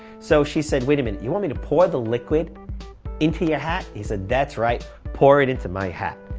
so she said, wait a minute. you want me to pour the liquid into your hat? he said, that's right. pour it into my hat.